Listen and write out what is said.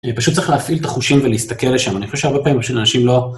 פשוט צריך להפעיל את החושים ולהסתכל לשם, אני חושב הרבה פעמים פשוט אנשים לא...